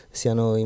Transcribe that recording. siano